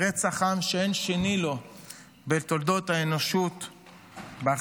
רצח עם שאין שני לו בתולדות האנושות באכזריות,